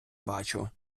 бачу